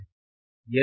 यही अंतर है